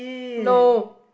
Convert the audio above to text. no